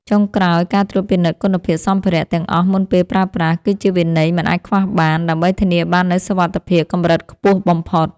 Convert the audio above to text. ចុងក្រោយ ការត្រួតពិនិត្យគុណភាពសម្ភារៈទាំងអស់មុនពេលប្រើប្រាស់ គឺជាវិន័យមិនអាចខ្វះបាន ដើម្បីធានាបាននូវសុវត្ថិភាពកម្រិតខ្ពស់បំផុត។